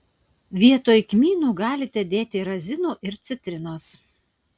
vietoj kmynų galite dėti razinų ir citrinos